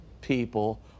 people